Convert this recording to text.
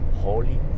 holy